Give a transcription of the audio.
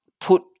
put